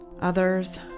others